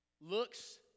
looks